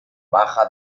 baja